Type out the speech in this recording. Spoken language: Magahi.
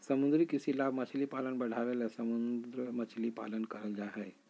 समुद्री कृषि लाभ मछली पालन बढ़ाबे ले समुद्र मछली पालन करल जय हइ